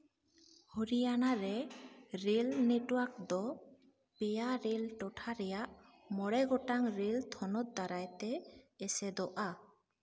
ᱦᱚᱨᱤᱭᱟᱱᱟ ᱨᱮ rail network ᱫᱚ ᱯᱮᱭᱟ ᱨᱮᱹᱞ ᱴᱚᱴᱷᱟ ᱨᱮᱭᱟᱜ ᱢᱚᱬᱮ ᱜᱚᱴᱟᱝ ᱨᱮᱹᱞ ᱛᱷᱚᱱᱚᱛ ᱫᱟᱨᱟᱭ ᱛᱮ ᱮᱥᱮᱫᱚᱜᱼᱟ